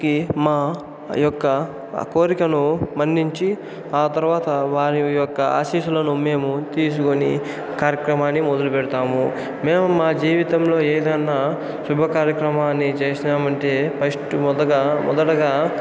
కి మా యొక్క కోరికను మన్నించి ఆ తర్వాత వారి యొక్క ఆశీస్సులను మేము తీసుకొని కార్యక్రమాన్ని మొదలు పెడతాము మేము మా జీవితంలో ఏదైనా శుభ కార్యక్రమాన్ని చేసామంటే ఫస్ట్ మొదగా మొదటగా